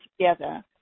together